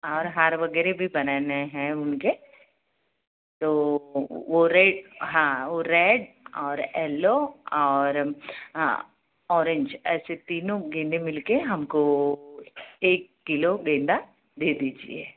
और हार वगैरह भी बनाना है उनके तो वो रेड हाँ वो रेड और येलो और ऑरेंज ऐसे तीनों गेंदे मिल के हमको एक किलो गेंदा दे दीजिए